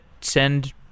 send